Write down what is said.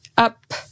Up